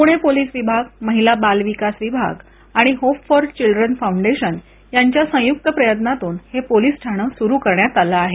Pune police विभाग महिला बाल विकास विभाग आणि होप फॉर चिल्ड्रेन यांच्या संयुक्त प्रयत्नातून हे पोलीस ठाणे सुरू करण्यात आले आहे